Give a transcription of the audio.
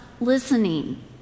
listening